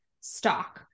stock